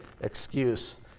excuse